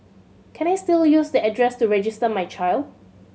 can I still use the address to register my child